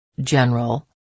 General